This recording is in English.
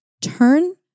turn